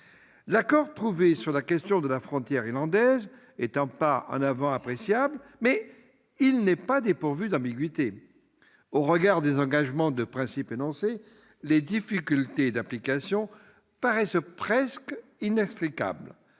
L'accord trouvé sur la question de la frontière irlandaise est un pas en avant appréciable, mais il n'est pas dépourvu d'ambiguïtés. Au regard des engagements de principe énoncés, les difficultés d'application paraissent presque inextricables.